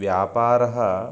व्यापारः